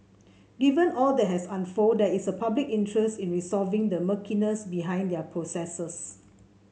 given all that has unfolded there is public interest in resolving the murkiness behind their processes